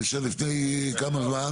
לפני כמה זמן?